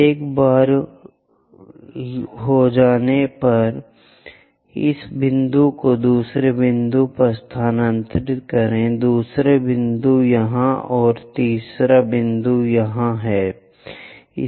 एक बार हो जाने पर इस बिंदु को दूसरे बिंदु पर स्थानांतरित करें दूसरा बिंदु यहां और फिर तीसरा बिंदु और इसी तरह